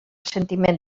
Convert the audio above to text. sentiment